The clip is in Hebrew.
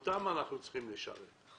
אותם אנחנו צריכים לשרת.